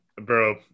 Bro